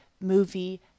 movie